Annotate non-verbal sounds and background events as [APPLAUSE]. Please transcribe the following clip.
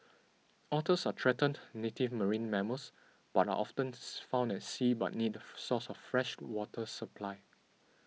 otters are threatened native marine mammals and are often [UNINTELLIGIBLE] found at sea but need a [UNINTELLIGIBLE] source of fresh water supply